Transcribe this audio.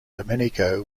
domenico